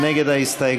מי נגד ההסתייגות?